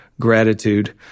gratitude